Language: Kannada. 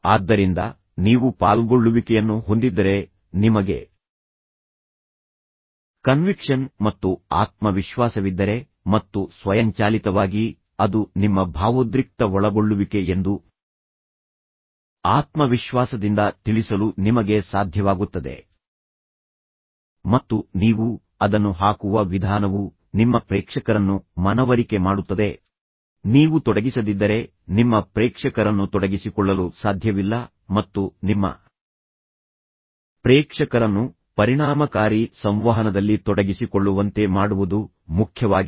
ಆದ್ದರಿಂದ ನೀವು ಪಾಲ್ಗೊಳ್ಳುವಿಕೆಯನ್ನು ಹೊಂದಿದ್ದರೆ ನಿಮಗೆ ಕನ್ವಿಕ್ಷನ್ ಮತ್ತು ಆತ್ಮವಿಶ್ವಾಸವಿದ್ದರೆ ಮತ್ತು ಸ್ವಯಂಚಾಲಿತವಾಗಿ ಅದು ನಿಮ್ಮ ಭಾವೋದ್ರಿಕ್ತ ಒಳಗೊಳ್ಳುವಿಕೆ ಎಂದು ಆತ್ಮವಿಶ್ವಾಸದಿಂದ ತಿಳಿಸಲು ನಿಮಗೆ ಸಾಧ್ಯವಾಗುತ್ತದೆ ಮತ್ತು ನೀವು ಅದನ್ನು ಹಾಕುವ ವಿಧಾನವು ನಿಮ್ಮ ಪ್ರೇಕ್ಷಕರನ್ನು ಮನವರಿಕೆ ಮಾಡುತ್ತದೆ ನೀವು ತೊಡಗಿಸದಿದ್ದರೆ ನಿಮ್ಮ ಪ್ರೇಕ್ಷಕರನ್ನು ತೊಡಗಿಸಿಕೊಳ್ಳಲು ಸಾಧ್ಯವಿಲ್ಲ ಮತ್ತು ನಿಮ್ಮ ಪ್ರೇಕ್ಷಕರನ್ನು ಪರಿಣಾಮಕಾರಿ ಸಂವಹನದಲ್ಲಿ ತೊಡಗಿಸಿಕೊಳ್ಳುವಂತೆ ಮಾಡುವುದು ಮುಖ್ಯವಾಗಿದೆ